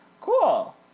Cool